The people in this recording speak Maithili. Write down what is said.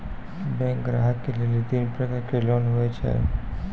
बैंक ग्राहक के लेली तीन प्रकर के लोन हुए छै?